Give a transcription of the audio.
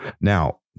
Now